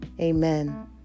Amen